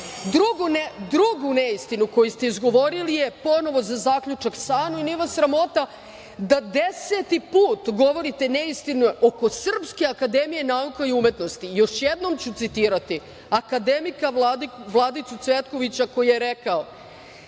Druga neistina koju ste izgovorili je ponovo za zaključak SANU i nije vas sramota da deseti put govorite neistine oko Srpske akademije nauka i umetnosti. Još jednom ću citirati akademika Vladicu Cvetkovića, koji je rekao